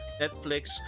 netflix